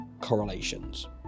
correlations